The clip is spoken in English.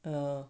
orh